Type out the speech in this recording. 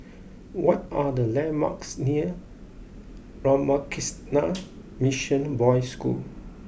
what are the landmarks near Ramakrishna Mission Boys' School